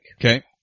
Okay